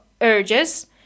urges